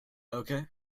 okay